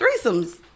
threesomes